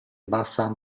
bassa